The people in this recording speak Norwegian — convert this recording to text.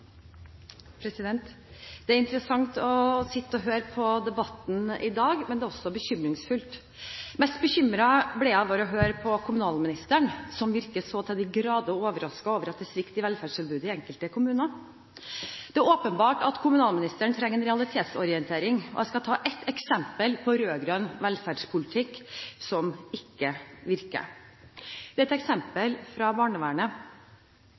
endringsarbeidet. Det er interessant å sitte og høre på debatten i dag, men det er også bekymringsfullt. Mest bekymret ble jeg over å høre på kommunalministeren som virket så til de grader overrasket over at det er svikt i velferdstilbudet i enkelte kommuner. Det er åpenbart at kommunalministeren trenger en realitetsorientering. Jeg skal ta ett eksempel på rød-grønn velferdspolitikk som ikke virker. Det er et eksempel fra barnevernet.